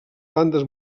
bandes